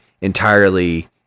entirely